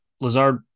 Lazard